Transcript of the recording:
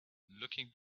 looking